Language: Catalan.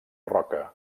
roca